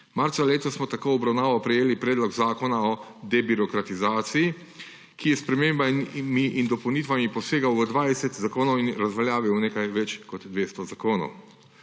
Marca letos smo tako v obravnavo prejeli Predlog zakona o debirokratizaciji, ki je s spremembami in dopolnitvami posegal v 20 zakonov in razveljavil nekaj več kot 200 zakonov.